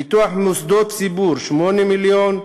פיתוח מוסדות ציבור, 8 מיליון,